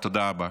תודה רבה.